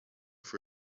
for